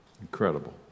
Incredible